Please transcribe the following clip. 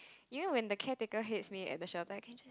you know when the caretaker hates me at the shelter I can just